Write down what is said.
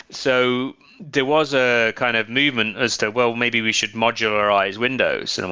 so there was a kind of movement as to, well, maybe we should modularize windows. i'm